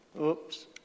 Oops